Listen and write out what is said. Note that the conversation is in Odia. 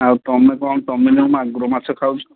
ଆଉ ତୁମେ କ'ଣ ତୁମେ ଯେଉଁ ମାଗୁର ମାଛ ଖାଉଛ